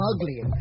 ugly